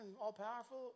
all-powerful